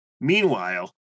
Meanwhile